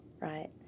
right